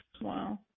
Wow